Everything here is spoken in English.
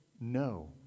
no